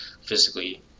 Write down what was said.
physically